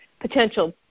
potential